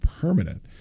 permanent